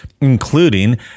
including